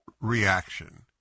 reaction